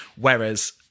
whereas